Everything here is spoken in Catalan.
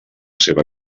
seva